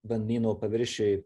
vanyno paviršiuj